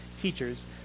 teachers